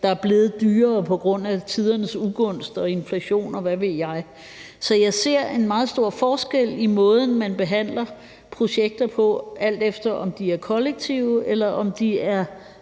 der er blevet dyrere på grund af tidernes ugunst og inflation, og hvad ved jeg. Så jeg ser en meget stor forskel i måden, man behandler projekter på, alt efter om de er kollektive, eller om de er